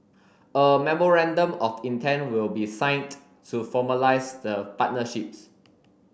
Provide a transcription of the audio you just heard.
a memorandum of intent will be signed to formalise the partnerships